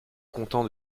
content